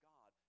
God